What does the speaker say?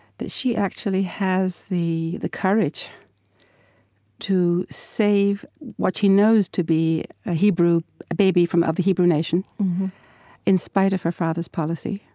that she actually has the the courage to save what she knows to be a hebrew baby of the hebrew nation in spite of her father's policy.